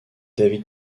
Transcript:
david